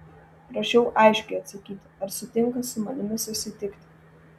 prašiau aiškiai atsakyti ar sutinka su manimi susitikti